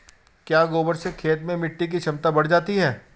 क्या गोबर से खेत में मिटी की क्षमता बढ़ जाती है?